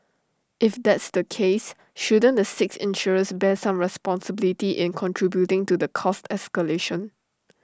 if that's the case shouldn't the six insurers bear some responsibility in contributing to the cost escalation